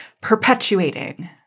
perpetuating